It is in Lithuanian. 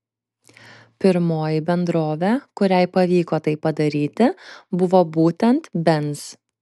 pirmoji bendrovė kuriai pavyko tai padaryti buvo būtent benz